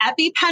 EpiPen